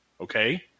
Okay